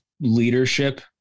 leadership